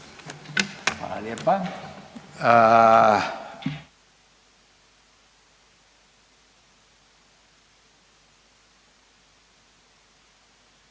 Hvala lijepa